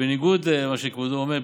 בניגוד למה שכבודו אומר,